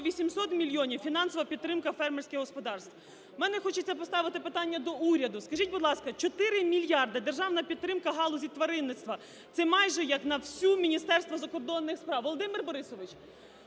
800 мільйонів – фінансова підтримка фермерських господарств. Мені хочеться поставити питання до уряду. Скажіть, будь ласка, 4 мільярди державна підтримка галузі тваринництва – це майже як на все Міністерство закордонних справ. Володимир Борисович,